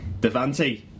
Devante